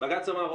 בג"ץ אמר,